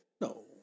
no